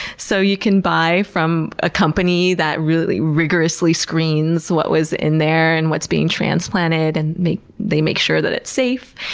so you can buy from a company that really rigorously screens what was in there and what's being transplanted. and they make sure that it's safe.